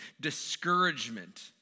discouragement